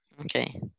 Okay